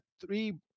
three